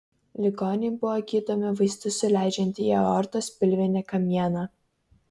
ligoniai buvo gydomi vaistus suleidžiant į aortos pilvinį kamieną